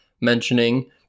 mentioning